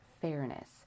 fairness